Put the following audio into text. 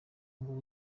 ngo